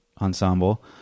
ensemble